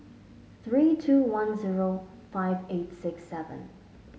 three two one zero five eight six seven